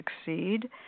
succeed